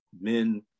men